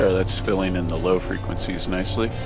ah that's filling in the low frequencies nicely.